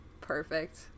Perfect